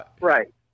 Right